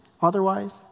otherwise